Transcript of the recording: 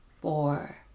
four